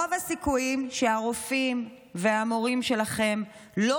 רוב הסיכויים שהרופאים והמורים שלכם לא